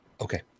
Okay